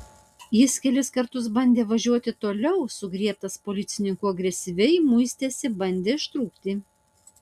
jis kelis kartus bandė važiuoti toliau sugriebtas policininkų agresyviai muistėsi bandė ištrūkti